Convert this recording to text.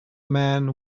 man